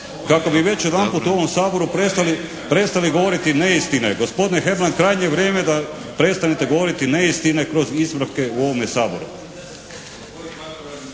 kako bi već jedanput u ovom Saboru prestali govoriti neistine. Gospodine Hebrang, krajnje je vrijeme da prestanete govoriti neistine kroz ispravke u ovome Saboru.